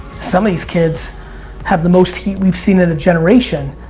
some of these kids have the most heat we've seen in a generation.